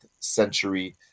century